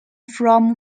from